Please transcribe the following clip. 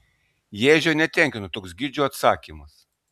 ježio netenkino toks gidžių atsakymas